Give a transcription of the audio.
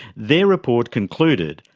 their report concluded,